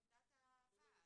את עמדת הוועד.